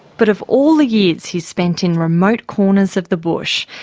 but of all the years he's spent in remote corners of the bush,